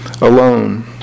alone